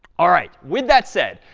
all right. with that said,